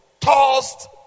Tossed